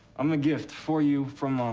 i'm a gift for you, from